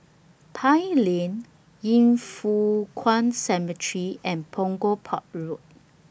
Pine Lane Yin Foh Kuan Cemetery and Punggol Port Road